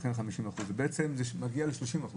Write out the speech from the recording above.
לכן 50% - בעצם מגיעים ל-30%.